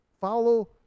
Follow